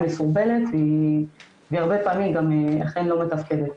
היא מסורבלת וגם הרבה פעמים היא אכן לא עובדת.